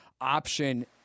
option